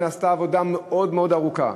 ונעשתה עבודה מאוד מאוד ארוכה,